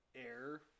air